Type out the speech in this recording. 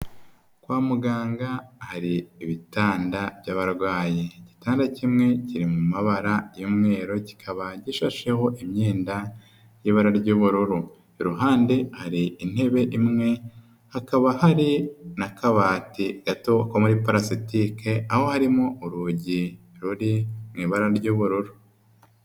Kwa muganga hari ibitanda by'abarwayi, igitanda kimwe kiri mu mabara y'umweru, kikaba gishasheho imyenda y'ibara ry'ubururu, iruhande hari intebe imwe, hakaba hari n'akabati gato ko muri parasitike, aho harimo urugi ruri mu ibara ry'ubururu.